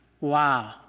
Wow